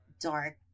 dark